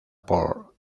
por